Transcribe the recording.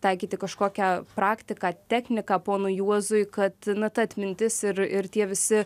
taikyti kažkokią praktiką techniką ponui juozui kad na ta atmintis ir ir tie visi